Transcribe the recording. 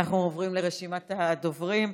אנחנו עוברים לרשימת הדוברים.